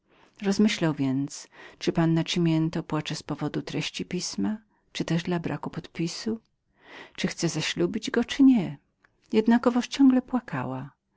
rozmyślał więc czyli panna cimiento płakała z zadowolenia z tego papieru lub też dla braku podpisu czyli chciała zaślubić go lub nie jednakowoż ciągle płakała